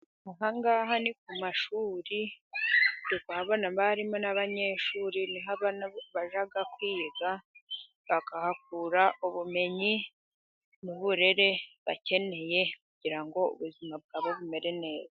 Aha ngaha ni ku mashuri, ndi kuhabona abarimu n'abanyeshuri, ni ho abana bajya kwiga bakahakura ubumenyi n'uburere bakeneye, kugira ngo ubuzima bwabo bumere neza.